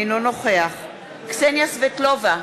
אינו נוכח קסניה סבטלובה,